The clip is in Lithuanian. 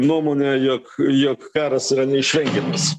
nuomonę jog jog karas yra neišvengiamas